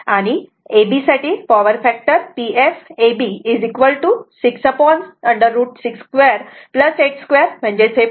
आणि ab साठी power factor Pf ab 6√ 6 2 8 2 0